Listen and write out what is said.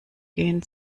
gehen